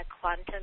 quantum